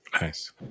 Nice